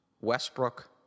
Westbrook